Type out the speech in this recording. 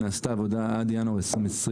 עד ינואר 2020,